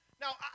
Now